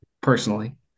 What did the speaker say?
personally